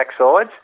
backsides